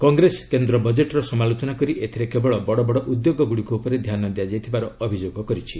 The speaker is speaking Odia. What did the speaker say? କଂଗ୍ରେସ କେନ୍ଦ୍ର ବଜେଟ୍ର ସମାଲୋଚନା କରି ଏଥିରେ କେବଳ ବଡ଼ବଡ଼ ଉଦ୍ୟୋଗଗୁଡ଼ିକ ଉପରେ ଧ୍ୟାନ ଦିଆଯାଇଛିବାର ଅଭିଯୋଗ କରିଛି